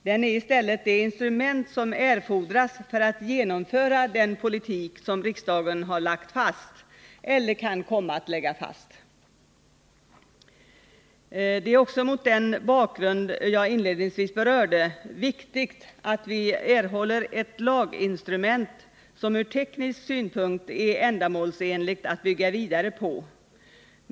Den är i stället det instrument som erfordras för att genomföra den politik som riksdagen har lagt fast eller kan komma att lägga fast. Det är också, mot den bakgrund jag inledningsvis berörde, viktigt att vi erhåller ett laginstrument som ur teknisk synpunkt är ändamålsenligt att bygga vidare på.